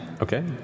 Okay